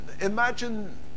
imagine